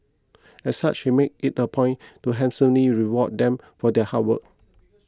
as such he makes it a point to handsomely reward them for their hard work